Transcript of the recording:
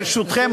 ברשותכם,